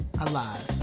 alive